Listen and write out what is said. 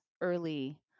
early